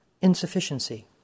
insufficiency